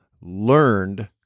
learned